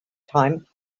time